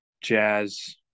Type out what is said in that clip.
jazz